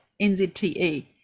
NZTE